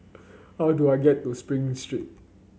how do I get to Spring Street